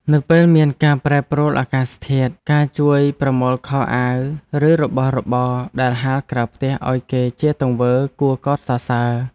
នៅពេលមានការប្រែប្រួលអាកាសធាតុ ការជួយប្រមូលខោអាវឬរបស់របរដែលហាលក្រៅផ្ទះឱ្យគេជាទង្វើគួរកោតសរសើរ។